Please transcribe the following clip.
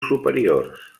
superiors